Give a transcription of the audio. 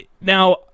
now